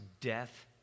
death